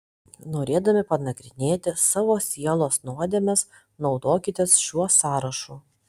norėdami panagrinėti savo sielos nuodėmes naudokitės šiuo sąrašu